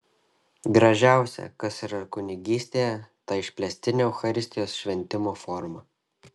gražiausia kas yra kunigystėje ta išplėstinė eucharistijos šventimo forma